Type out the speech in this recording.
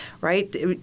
right